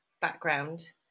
background